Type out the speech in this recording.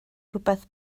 rhywbeth